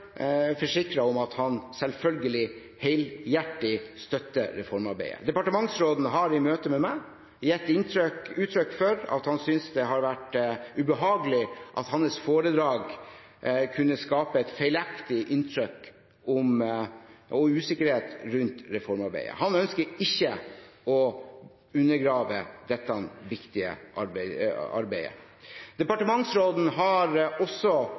om at han selvfølgelig helhjertet støtter reformarbeidet. Departementsråden har i møte med meg gitt utrykk for at han synes det har vært ubehagelig at hans foredrag kunne skape et feilaktig inntrykk og usikkerhet rundt reformarbeidet. Han ønsker ikke å undergrave dette viktige arbeidet. Departementsråden har også